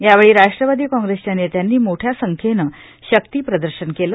यावेळी राष्ट्रवादी काँग्रेसच्या नेत्याद्वी मोठ्या सद्ध्येन शक्तिप्रदर्शन केले